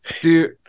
Dude